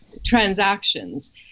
transactions